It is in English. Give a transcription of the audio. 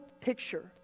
picture